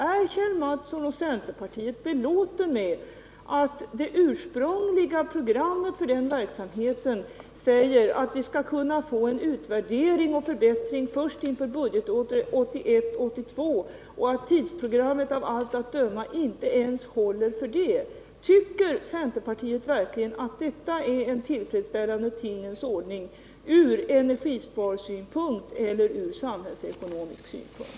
Är Kjell Mattsson och centerpartiet belåtna med att det i det ursprungliga programmet för verksamheten sägs att vi skall få en utvärdering och förbättring först inför budgetåret 1981/82 och att tidsprogrammet av allt 87 att döma inte ens håller för det? Tycker verkligen centerpartiet att detta är en tillfredsställande tingens ordning ur energisparsynpunkt eller ur samhällsekonomisk synpunkt?